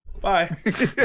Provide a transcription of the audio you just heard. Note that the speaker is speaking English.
Bye